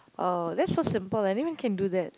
oh that's so simple anyone can do that